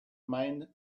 mint